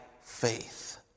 faith